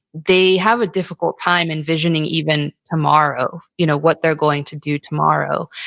they have a difficult time envisioning even tomorrow, you know what they're going to do tomorrow.